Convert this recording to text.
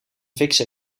fikse